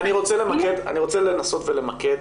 אני רוצה לנסות ולמקד